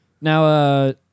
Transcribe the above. Now